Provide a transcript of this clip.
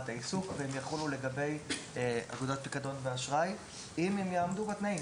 העיסוק והם יחולו לגבי אגודות פיקדון ואשראי אם הם יעמדו בתנאים,